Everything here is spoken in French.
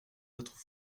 votre